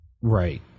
Right